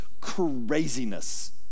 craziness